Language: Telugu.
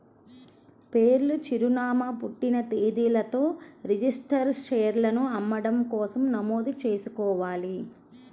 పేరు, చిరునామా, పుట్టిన తేదీలతో రిజిస్టర్డ్ షేర్లను అమ్మడం కోసం నమోదు చేసుకోవాలి